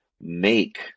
make